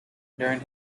during